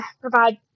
Provide